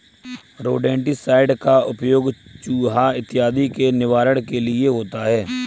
rodenticide का प्रयोग चुहा इत्यादि के निवारण के लिए होता है